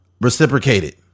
reciprocated